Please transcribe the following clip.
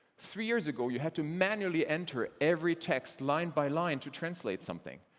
three years ago, you had to manually enter every text line-by-line to translate something.